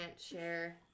share